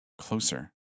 Closer